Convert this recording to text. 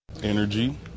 Energy